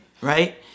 right